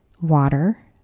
water